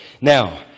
Now